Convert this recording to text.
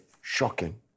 shocking